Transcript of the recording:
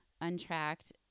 untracked